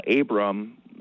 Abram